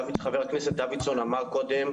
חבר הכנסת דוידסון אמר קודם,